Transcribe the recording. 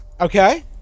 Okay